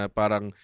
parang